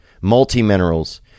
multi-minerals